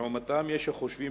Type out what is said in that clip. לעומתם, יש החושבים